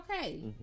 okay